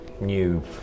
new